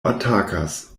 atakas